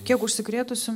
kiek užsikrėtusių